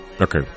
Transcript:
Okay